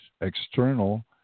external